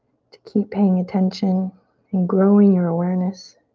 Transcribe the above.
to keep paying attention and growing your awareness